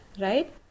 right